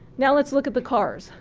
now let's look at the cars,